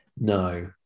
No